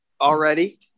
already